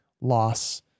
loss